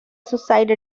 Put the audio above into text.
suicide